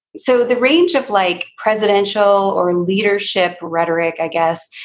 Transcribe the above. so the range of like presidential or leadership rhetoric, i guess,